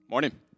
Morning